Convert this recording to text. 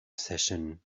session